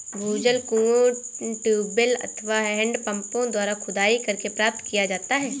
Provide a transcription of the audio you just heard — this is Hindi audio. भूजल कुओं, ट्यूबवैल अथवा हैंडपम्पों द्वारा खुदाई करके प्राप्त किया जाता है